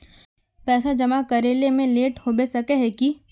पैसा जमा करे में लेट होबे सके है की?